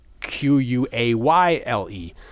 Q-U-A-Y-L-E